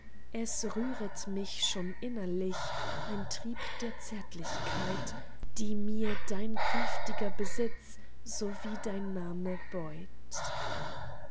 es rühret mich schon innerlich ein trieb der zärtlichkeit die mir dein künftiger besitz sowie dein name beut